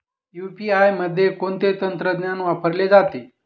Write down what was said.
UPI मध्ये कोणते तंत्रज्ञान वापरले जाते?